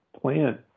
plant